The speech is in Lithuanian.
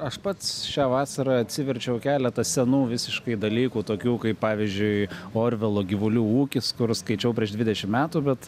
aš pats šią vasarą atsiverčiau keletą senų visiškai dalykų tokių kaip pavyzdžiui orvelo gyvulių ūkis kur skaičiau prieš dvidešimt metų bet